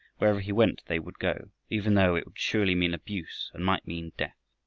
wherever he went they would go, even though it would surely mean abuse and might mean death.